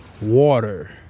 water